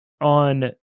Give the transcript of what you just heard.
on